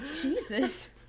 Jesus